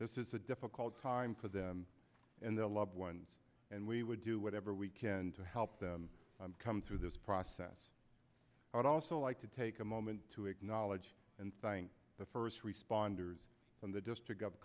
this is a difficult time for them and their loved ones and we would do whatever we can to help them come through this process i would also like to take a moment to acknowledge and buying the first responders from the district of